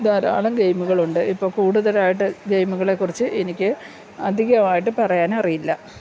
ധാരാളം ഗെയിമുകൾ ഉണ്ട് ഇപ്പം കൂടുതലായിട്ട് ഗെയിമുകളെക്കുറിച്ചു എനിക്ക് അധികമായിട്ട് പറയാൻ അറിയില്ല